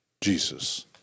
Jesus